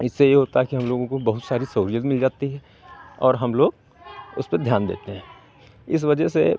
इससे ये होता है कि हम लोगों को बहुत सारी सहूलियत मिल जाती है और हम लोग उस पर ध्यान देते हैं इस वजह से